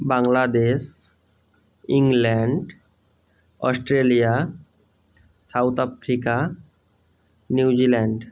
Bangladesh England Australia South Africa New Zealand